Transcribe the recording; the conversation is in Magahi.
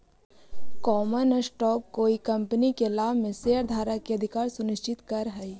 कॉमन स्टॉक कोई कंपनी के लाभ में शेयरधारक के अधिकार सुनिश्चित करऽ हई